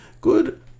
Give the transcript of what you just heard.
Good